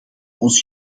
ons